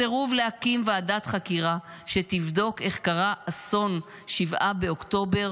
הסירוב להקים ועדת חקירה שתבדוק איך קרה אסון 7 באוקטובר